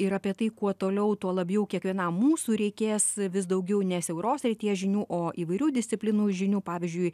ir apie tai kuo toliau tuo labiau kiekvienam mūsų reikės vis daugiau ne siauros srities žinių o įvairių disciplinų žinių pavyzdžiui